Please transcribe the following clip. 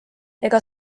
ega